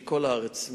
מכל הארץ,